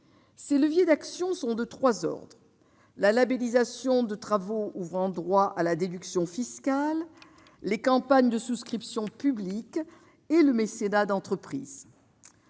ces leviers d'action sont de 3 ordres : la labellisation de travaux ouvrant droit à la déduction fiscale, les campagnes de souscription publique et le mécénat d'entreprise